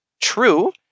true